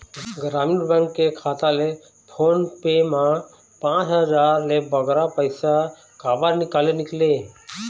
ग्रामीण बैंक के खाता ले फोन पे मा पांच हजार ले बगरा पैसा काबर निकाले निकले?